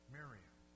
Miriam